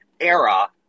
era